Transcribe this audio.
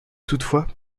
toutefois